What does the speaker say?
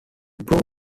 prove